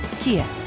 Kia